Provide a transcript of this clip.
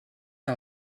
que